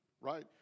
Right